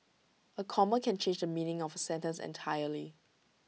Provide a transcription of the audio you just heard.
A comma can change the meaning of A sentence entirely